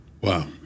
Wow